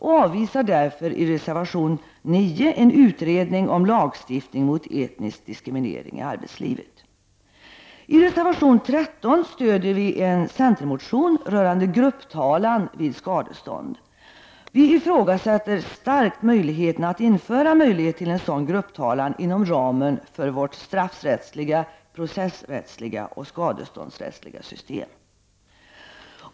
Vi avvisar därför i reservation 9 en utredning om lagstiftning mot etnisk diskriminering i arbetslivet. I reservation 13 stödjer vi en centermotion rörande grupptalan vid skadestånd. Vi ifrågasätter starkt möjligheten att införa möjlighet till grupptalan inom ramen för vårt straffrättsliga, processrättsliga och skadeståndsrättliga system.